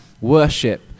worship